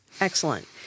Excellent